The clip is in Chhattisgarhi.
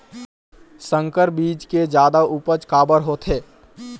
संकर बीज के जादा उपज काबर होथे?